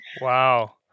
wow